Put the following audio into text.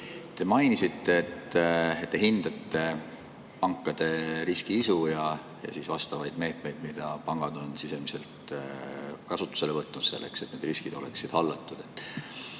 Te mainisite, et hindate pankade riskiisu ja vastavaid meetmeid, mida pangad on sisemiselt kasutusele võtnud selleks, et riskid oleksid hallatud.